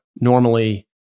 normally